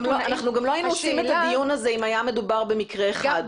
אנחנו גם לא היינו עושים את הדיון הזה אם היה מדובר במקרה אחד.